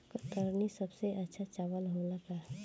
कतरनी सबसे अच्छा चावल होला का?